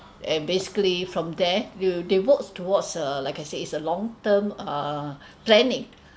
and basically from there they will they works towards uh like I said it's a long term uh planning